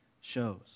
shows